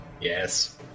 Yes